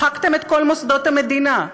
מחקתם את כל מוסדות המדינה.